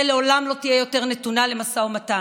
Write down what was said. לעולם לא תהיה יותר נתונה למשא ומתן.